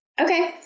Okay